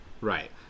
Right